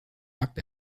nackt